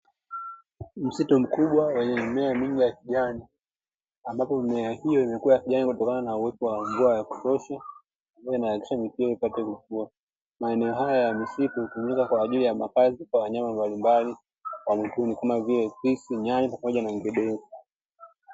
Msitu mkubwa wenye mimea mingi ya kijani, ambapo mimea hiyo imekuwa ya kijani kutokana na uwepo wa mvua ya kutosha ambayo inawezesha miti hiyo ipate kukua. Maeneo haya ya msitu hutumika kwa ajili ya makazi kwa wanyama mbalimbali wa mwituni kama vile: fisi, nyani pamoja na ngedere.